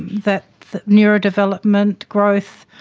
that that neurodevelopment growth,